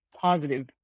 positive